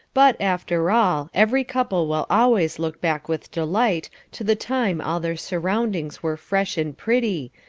but after all, every couple will always look back with delight to the time all their surroundings were fresh and pretty,